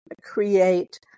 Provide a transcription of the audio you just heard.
create